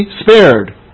spared